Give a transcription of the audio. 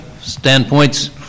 standpoints